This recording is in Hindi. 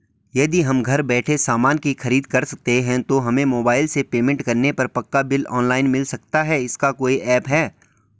यदि हम घर बैठे सामान की खरीद करते हैं तो हमें मोबाइल से पेमेंट करने पर पक्का बिल ऑनलाइन मिल सकता है इसका कोई ऐप है